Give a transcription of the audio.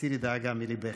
הסירי דאגה מליבך.